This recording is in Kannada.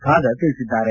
ಖಾದರ್ ತಿಳಿಸಿದ್ದಾರೆ